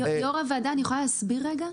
יו"ר הוועדה אני יכולה להסביר רגע?